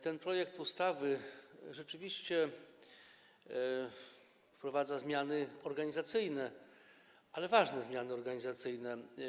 Ten projekt ustawy rzeczywiście wprowadza zmiany organizacyjne, ale ważne zmiany organizacyjne.